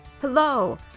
Hello